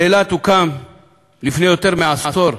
באילת הוקם לפני יותר מעשור קמפוס,